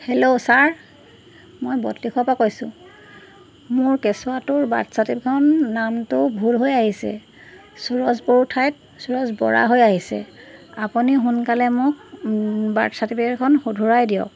hello sir মই বটলিখোৱাৰপৰা কৈছোঁ মোৰ কেঁচুৱাটোৰ বাৰ্থ চাৰ্টিফিকেটখন নামটো ভুল হৈ আহিছে সুৰজ বড়ো ঠাইত সুৰজ বৰা হৈ আহিছে আপুনি সোনকালে মোক বাৰ্থ চাৰ্টিফিকেটখন শুধৰাই দিয়ক